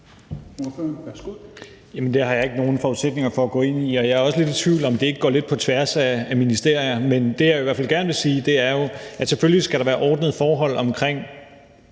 det har jeg ikke nogen forudsætninger for at gå ind i. Jeg er også lidt i tvivl om, om det ikke går lidt på tværs af ministerier, men det, jeg i hvert fald vil gerne sige, er jo, at selvfølgelig skal der være ordnede forhold omkring